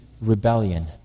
rebellion